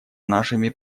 нашими